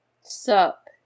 Sup